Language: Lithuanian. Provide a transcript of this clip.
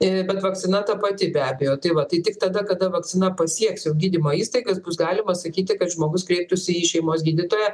ir bet vakcina ta pati be abejo tai va tai tik tada kada vakcina pasieks jau gydymo įstaigas bus galima sakyti kad žmogus kreiptųsi į šeimos gydytoją